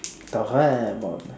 Doraemon